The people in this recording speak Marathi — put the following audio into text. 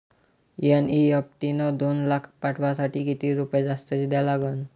एन.ई.एफ.टी न दोन लाख पाठवासाठी किती रुपये जास्तचे द्या लागन?